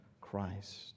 Christ